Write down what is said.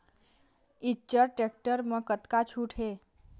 Eicher tractor म कतका छूट हे?